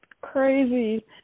Crazy